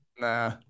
Nah